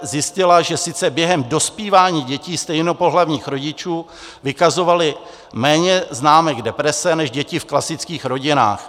Zjistila, že sice během dospívání děti stejnopohlavních rodičů vykazovaly méně známek deprese než děti v klastických rodinách.